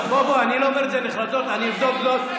אני לא אומר את זה נחרצות, אני אבדוק זאת.